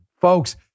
Folks